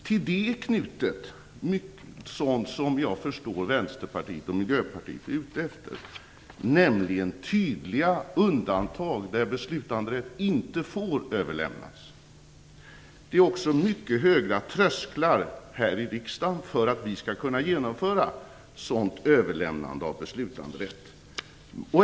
Till detta är knutet mycket sådant som jag förstår att Vänsterpartiet och Miljöpartiet är ute efter, nämligen tydliga undantag där beslutanderätt inte får överlämnas. Det är också mycket höga trösklar här i riksdagen för att vi skall kunna genomföra sådant överlämnande av beslutanderätt.